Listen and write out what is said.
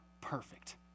perfect